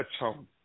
atone